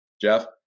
Jeff